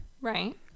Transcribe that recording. Right